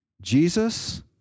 Jesus